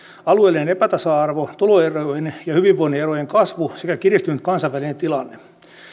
alueellinen epätasa arvo tuloerojen ja hyvinvoinnin erojen kasvu sekä kiristynyt kansainvälinen tilanne